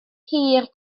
hir